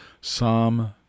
Psalm